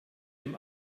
dem